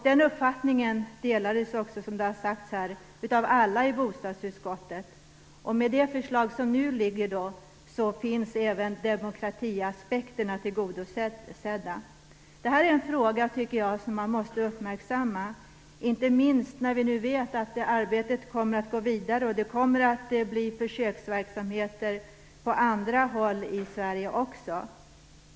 Den uppfattningen delades, som har sagts här, av alla i bostadsutskottet. Med det förslag som nu har lagts fram är även demokratiaspekterna tillgodosedda. Den här frågan måste man uppmärksamma, tycker jag, inte minst när vi vet att arbetet kommer att gå vidare och att det kommer att bli försöksverksamheter på andra håll i Sverige också.